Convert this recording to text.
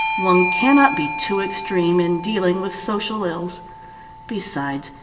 one cannot be too extreme in dealing with social ills besides,